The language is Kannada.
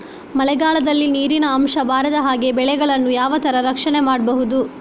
ಮಳೆಗಾಲದಲ್ಲಿ ನೀರಿನ ಅಂಶ ಬಾರದ ಹಾಗೆ ಬೆಳೆಗಳನ್ನು ಯಾವ ತರ ರಕ್ಷಣೆ ಮಾಡ್ಬಹುದು?